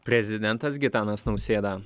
prezidentas gitanas nausėda